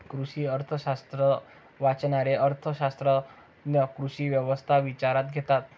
कृषी अर्थशास्त्र वाचणारे अर्थ शास्त्रज्ञ कृषी व्यवस्था विचारात घेतात